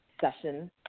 session